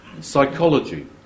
psychology